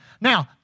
Now